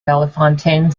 bellefontaine